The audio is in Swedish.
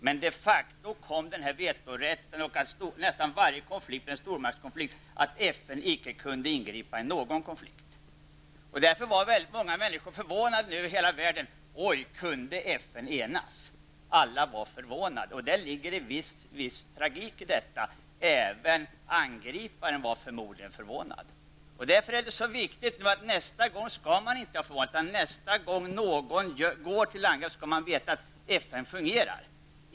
Men de facto kom vetorätten att resultera i att FN icke kunde ingripa i någon konflikt, och nästan varje konflikt var en stormaktskonflikt. Därför blev många människor i världen förvånade över att FN kunde enas. Alla var förvånade. Det ligger en viss tragik i detta. Även angriparen var förmodligen förvånad. Därför är det viktigt att veta att nästa gång någon går till angrepp skall denne veta att FN fungerar.